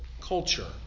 culture